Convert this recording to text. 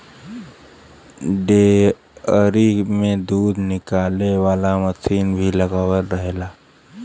dairy में दूध निकाले वाला मसीन भी लगल रहेला